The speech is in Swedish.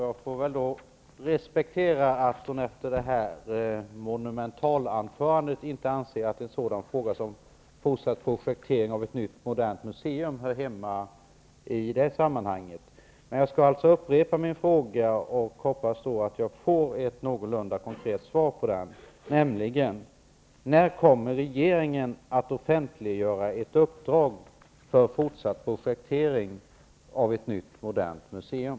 Jag får väl respektera att hon efter sitt monumentala anförande inte ansåg att en sådan fråga som fortsatt projektering av ett nytt modernt museum hörde hemma i det sammanhanget. Jag vill dock nu upprepa min fråga och hoppas på ett någorlunda konkret svar: När kommer regeringen att offentliggöra ett uppdrag för fortsatt projektering av ett nytt modernt museum?